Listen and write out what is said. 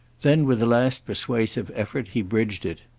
then with a last persuasive effort he bridged it.